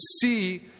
see